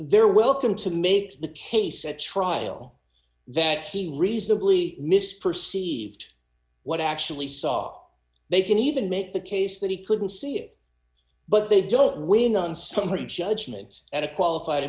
they're welcome to make the case at trial that he may reasonably misperceived what actually saw they can even make the case that he couldn't see it but they don't win on summary judgment at a qualified